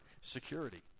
security